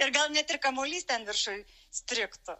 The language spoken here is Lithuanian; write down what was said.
ir gal net ir kamuolys ten viršuj strigtų